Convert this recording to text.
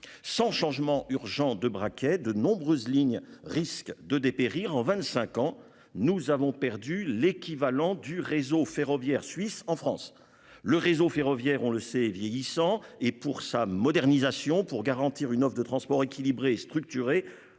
sans changement urgent de braquet, de nombreuses lignes risque de dépérir en 25 ans, nous avons perdu l'équivalent du réseau ferroviaire suisse en France le réseau ferroviaire, on le sait est vieillissant et pour sa modernisation pour garantir une offre de transport équilibré structuré